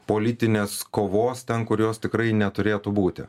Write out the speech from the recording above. politinės kovos ten kurios tikrai neturėtų būti